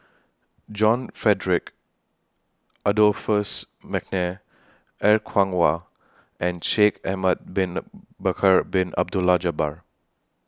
John Frederick Adolphus Mcnair Er Kwong Wah and Shaikh Ahmad Bin Bakar Bin Abdullah Jabbar